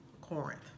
Corinth